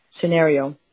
scenario